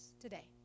today